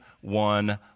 one